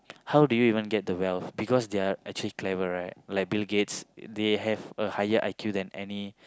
how do you even get their wealth because they're actually clever right like Bill-Gates they have a higher I_Q than any